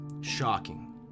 shocking